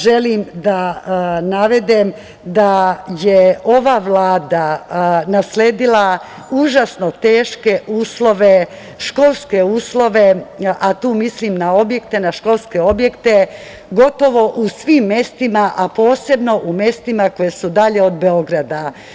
Želim da navedem da je ova Vlada nasledila užasno teške uslove, školske uslove, a tu mislim na objekte, na školske objekte gotovo u svim mestima, a posebno u mestima koje su dalje od Beograda.